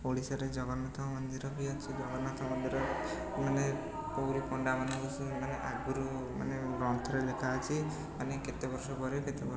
ଓଡ଼ିଶାରେ ଜଗନ୍ନାଥଙ୍କ ମନ୍ଦିର ବି ଅଛି ଜଗନ୍ନାଥ ମନ୍ଦିରମାନେ ପୁରୀ ପଣ୍ଡାମାନଙ୍କ ସେଇମାନେ ଆଗରୁ ମାନେ ଗ୍ରନ୍ଥରେ ଲେଖା ଅଛି ମାନେ କେତେ ବର୍ଷପରେ କେତେ ବର୍ଷ